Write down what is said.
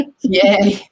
Yay